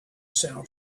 sound